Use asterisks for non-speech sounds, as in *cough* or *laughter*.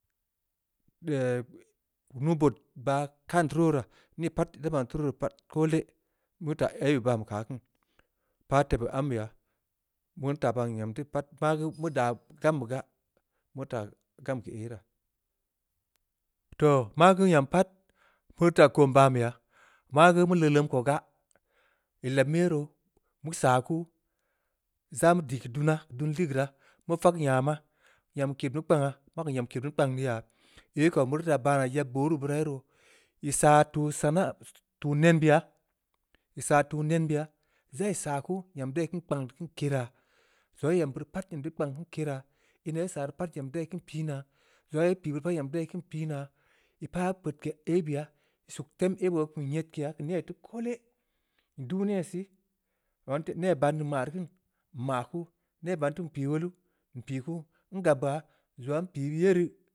*hesitation* nuubood baah kan be tuu ruu wora, nii pat nda maan tuu ruu woruu pat koole, bue teu taa aibe baan be keu aah kin, npah tebue ambeya, meurii ta baan nyam de geu pat, ma geu meu daa gambe gaa, meu ta gam keu ai raa, toh! Ma geu nyam pat, meu teu taa kon banbeya, maa geu meu leuleum koka, ii leb meu ye roo, mu saa kuu, zaa meu dii keu duna, dun ligeuraa, meu fak nyama, nyam nked meu kpangha, ma ko nyam ked meu kpang di ya, ai ko meu teui baa naa, yeb booru be beuraa rii, ii saa tuu sana, tuu nen beya-ii saa tuu nen beya, ii zaa ii saa kuu, nyam dai-dai kpang dii keun keraa, zongha ii em beuri pat, dai kpank dii keun kera, ina ii saa rii geu pat nyam dai keun pii naa, zongha ii pii beuri pat nyam dai keun pii naa, ii peudke aibeya. ii suk tem aibe oo kum nyedkeya, keu neh teu koole, nduu neh sih, neh ban ya nma ri kini, nma kuu, neh ban teu npii wolu, npii kuu, ngab ya, zongha npii beu ye rii.